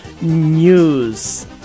news